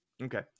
Okay